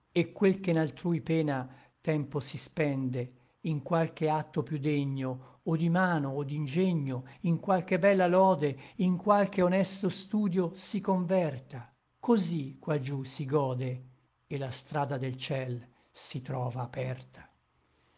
et quel che n altrui pena tempo si spende in qualche acto piú degno o di mano o d'ingegno in qualche bella lode in qualche honesto studio si converta cosí qua giú si gode et la strada del ciel si trova aperta